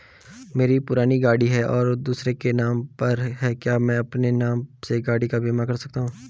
मेरी पुरानी गाड़ी है और दूसरे के नाम पर है क्या मैं अपने नाम से गाड़ी का बीमा कर सकता हूँ?